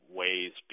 ways